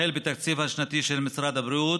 החל בתקציב השנתי של משרד הבריאות,